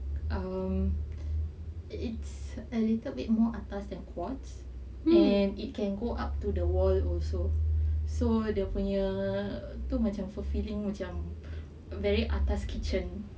um it's a little bit more atas than quartz and it can go up to the wall also so the dia punya tu macam fulfilling macam very atas kitchen